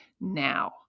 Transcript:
now